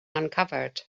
uncovered